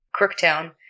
Crooktown